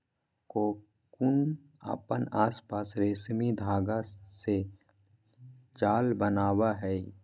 cocoon अपन आसपास रेशमी धागा से जाल बनावय हइ